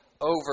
over